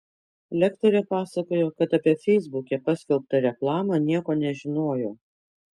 lektorė pasakojo kad apie feisbuke paskelbtą reklamą nieko nežinojo